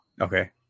Okay